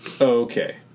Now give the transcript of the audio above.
Okay